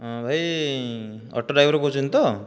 ହଁ ଭାଇ auto driver କହୁଛନ୍ତି ତ